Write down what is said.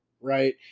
right